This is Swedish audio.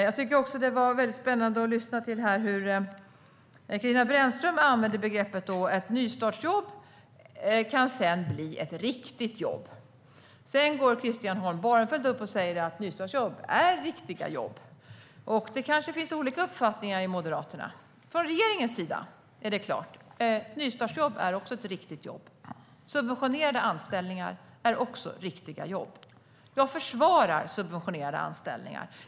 Jag tycker också att det var spännande att lyssna när Katarina Brännström sa att nystartsjobb kan bli riktiga jobb och Christian Holm Barenfeld sedan gick upp och sa att nystartsjobb är riktiga jobb. Det kanske finns olika uppfattningar i Moderaterna. Från regeringens sida är det klart: Nystartsjobb är också riktiga jobb. Subventionerade anställningar är också riktiga jobb. Jag försvarar subventionerade anställningar.